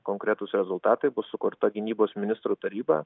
konkretūs rezultatai bus sukurta gynybos ministrų taryba